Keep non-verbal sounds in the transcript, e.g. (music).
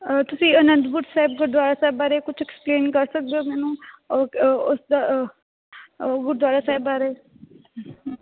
ਤੁਸੀਂ ਅਨੰਦਪੁਰ ਸਾਹਿਬ ਗੁਰਦੁਆਰਾ ਸਾਹਿਬ ਬਾਰੇ ਕੁਛ ਐਕਸਪਲੇਨ ਕਰ ਸਕਦੇ ਹੋ ਮੈਨੂੰ (unintelligible) ਉਸ ਗੁਰਦੁਆਰਾ ਸਾਹਿਬ ਬਾਰੇ